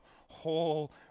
whole